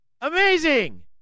Amazing